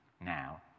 now